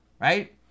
right